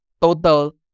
total